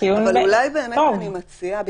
אבל אולי באמת אני מציעה,